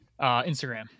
Instagram